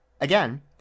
Again